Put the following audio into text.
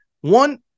One